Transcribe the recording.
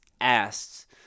asked –